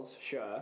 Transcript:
sure